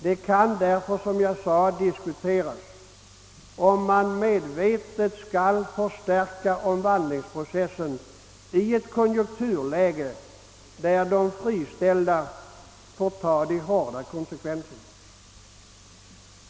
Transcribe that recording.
Det kan därför, som jag sade, diskuteras om man medvetet skall förstärka omvandlingsprocessen i ett konjunkturläge där de friställda får ta de hårda konsekvenserna.